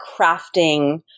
crafting